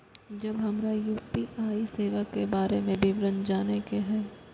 जब हमरा यू.पी.आई सेवा के बारे में विवरण जाने के हाय?